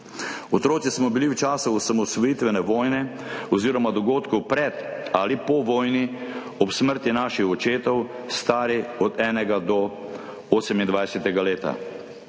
Otroci smo bili v času osamosvojitvene vojne oziroma dogodkov pred ali po vojni ob smrti svojih očetov stari od enega do 28 let.